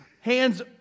hands